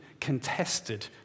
contested